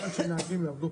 עזבו להביא